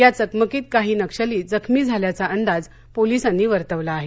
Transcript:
या चकमकीत काही नक्षली जखमी झाल्याचा अंदाज पोलिसांनी वर्तवला आहे